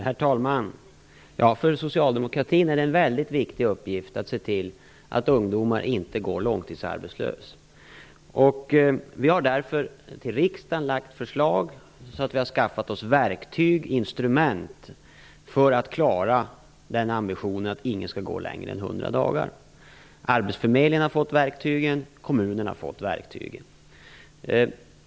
Herr talman! För socialdemokratin är det en väldigt viktig uppgift att se till att ungdomar inte går långtidsarbetslösa. Regeringen har därför för riksdagen lagt fram förslag som har inneburit att vi har skaffat oss verktyg och instrument för att klara ambitionen att ingen skall gå arbetslös längre än i 100 dagar. Arbetsförmedlingarna har fått verktygen. Kommunerna har fått verktygen.